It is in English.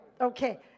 okay